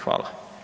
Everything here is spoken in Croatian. Hvala.